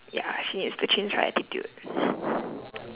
ya she needs to change her attitude